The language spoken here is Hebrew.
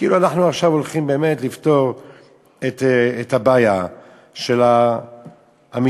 כאילו אנחנו עכשיו הולכים באמת לפתור את הבעיה של המשתכן.